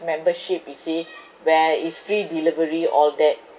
membership you see where is free delivery all that